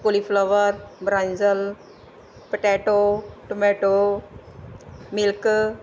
cauliflower brinjal potato tomato milk